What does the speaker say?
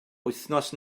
wythnos